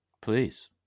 Please